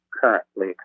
currently